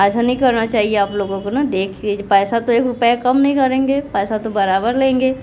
ऐसा नहीं करना चाहिए आप लोगों ना देखिए पैसा तो एक रुपए कम नहीं करेंगे पैसा तो बराबर लेंगे